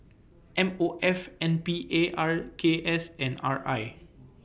M O F N P A R K S and R I